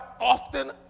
often